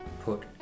put